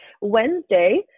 Wednesday